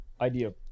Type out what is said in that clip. idea